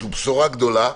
שהוא בשורה גדולה,